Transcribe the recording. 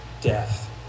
death